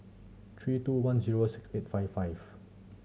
three two one zero six eight five five